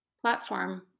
platform